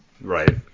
Right